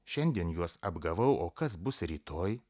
šiandien juos apgavau o kas bus rytoj